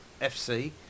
FC